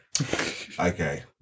Okay